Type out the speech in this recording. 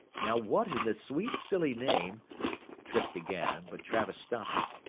now what in the sweet silly name trippe began, but travis stopped him.